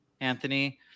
Anthony